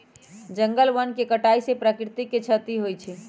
जंगल वन के कटाइ से प्राकृतिक के छति होइ छइ